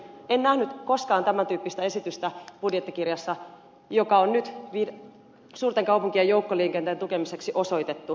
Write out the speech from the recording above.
en nähnyt koskaan budjettikirjassa tämän tyyppistä esitystä joka on nyt suurten kaupunkien joukkoliikenteen tukemiseksi osoitettu